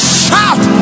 shout